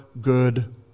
good